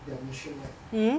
their mission right